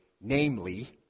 Namely